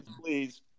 please